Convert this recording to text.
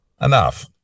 enough